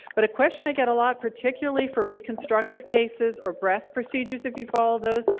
but a question i get a lot particularly for reconstructive cases or breast procedures if you follow those.